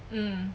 mm